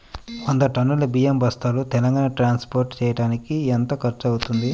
వంద టన్నులు బియ్యం బస్తాలు తెలంగాణ ట్రాస్పోర్ట్ చేయటానికి కి ఎంత ఖర్చు అవుతుంది?